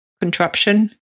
contraption